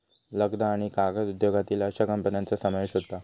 लगदा आणि कागद उद्योगातील अश्या कंपन्यांचा समावेश होता